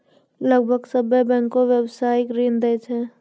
लगभग सभ्भे बैंकें व्यवसायिक ऋण दै छै